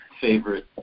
favorite